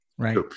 right